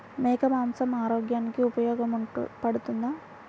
మేక మాంసం ఆరోగ్యానికి ఉపయోగపడుతుందా?